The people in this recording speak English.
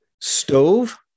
stove